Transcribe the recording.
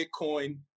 Bitcoin